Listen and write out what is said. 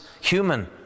human